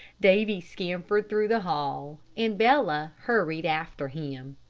davy scampered through the hall, and bella hurried after him.